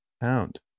Pound